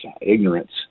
ignorance